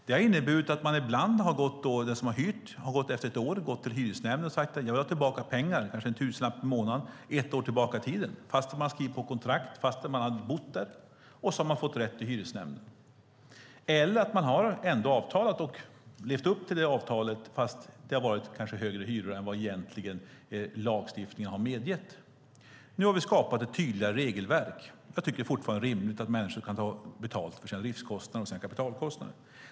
Det har i vissa fall inneburit att den som hyrt har gått till hyresnämnden efter ett år och sagt sig vilja ha tillbaka pengar, kanske en tusenlapp i månaden ett år tillbaka i tiden, fastän vederbörande skrivit på kontrakt och bott där - och fått rätt. Eller så har hyresgästen levt upp till avtalet, fast det kanske egentligen varit högre hyror än vad lagstiftningen medgett. Nu har vi skapat ett tydligare regelverk. Jag tycker fortfarande att det är rimligt att människor kan ta betalt för sina driftskostnader och kapitalkostnader.